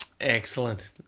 Excellent